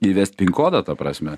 įvest pin kodą ta prasme